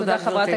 תודה, גברתי.